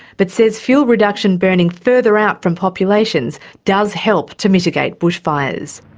but says fuel reduction burning further out from populations does help to mitigate bushfires.